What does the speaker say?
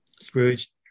Scrooge